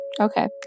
Okay